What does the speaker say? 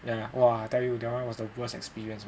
ya !wah! I tell you that one was the worst experience man